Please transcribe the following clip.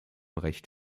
recht